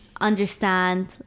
understand